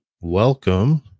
welcome